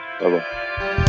Bye-bye